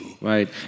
Right